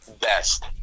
best